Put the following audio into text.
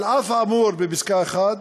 שלפיה "על אף האמור בפסקה (1),